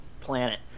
planet